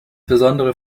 besondere